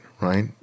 right